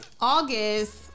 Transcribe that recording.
August